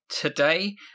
Today